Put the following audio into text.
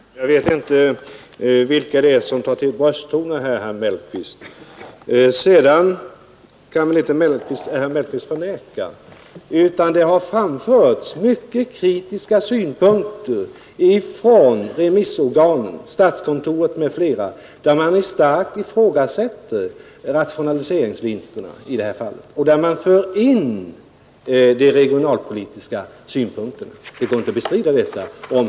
Herr talman! Jag vet inte vilka det är som tar till brösttoner här, herr Mellqvist. Herr Mellqvist kan väl inte förneka att det har framförts mycket kritiska synpunkter från remissorganen — statskontoret m.fl. — som starkt ifrågasätter rationaliseringsvinsterna i det här fallet och för in de regionalpolitiska synpunkterna. Det går inte att bestrida detta.